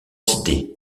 cité